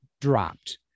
dropped